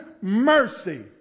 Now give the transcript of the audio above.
mercy